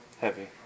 Heavy